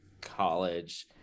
college